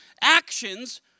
actions